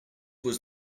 was